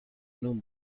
نون